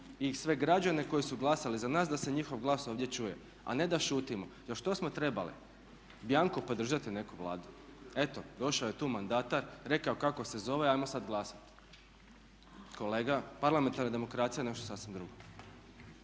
i sve građane koji su glasali za nas da se njihov glas ovdje čuje, a ne da šutimo. Jer što smo trebali, bjanko podržati neku Vladu? Eto došao je tu mandatar, rekao kako se zove i ajmo sad glasati. Kolega parlamentarna demokracija je nešto sasvim drugo.